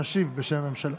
להשיב בשם הממשלה.